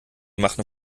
machen